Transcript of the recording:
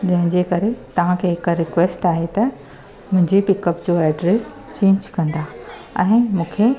जंहिंजे करे तव्हांखे हिक रिक़्वेस्ट आहे त मुंहिंजी पिकअप जो एड्रेस चेंज कंदा ऐं मूंखे